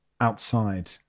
outside